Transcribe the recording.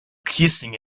kissing